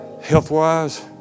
Health-wise